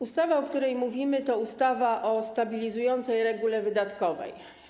Ustawa, o której mówimy, to ustawa o stabilizującej regule wydatkowej.